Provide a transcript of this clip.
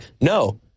no